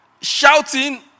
shouting